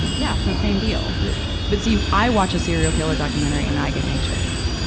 um yeah, so same deal. yeah but, see, i watch a serial killer documentary, and i get anxious.